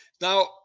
Now